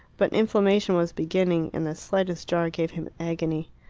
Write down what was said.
but inflammation was beginning, and the slightest jar gave him agony.